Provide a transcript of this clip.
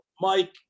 Mike